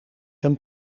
een